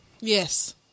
Yes